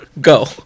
Go